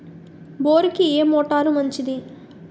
బోరుకి ఏ మోటారు మంచిది?